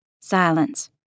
Silence